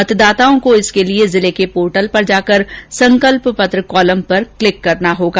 मतदाताओं को इसके लिए जिले के पोर्टल पर जाकर संकल्प पत्र कॉलम पर क्लिक करना होगा